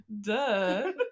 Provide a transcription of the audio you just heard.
duh